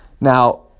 Now